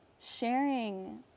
sharing